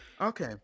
Okay